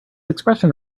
expression